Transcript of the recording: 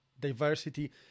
diversity